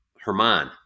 Herman